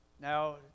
Now